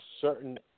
certain